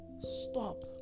stop